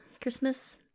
Christmas